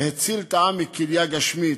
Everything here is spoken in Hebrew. והציל את העם מכליה גשמית.